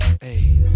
hey